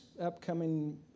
upcoming